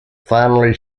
finally